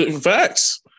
Facts